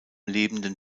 lebenden